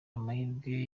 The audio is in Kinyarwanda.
amahirwe